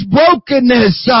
brokenness